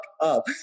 up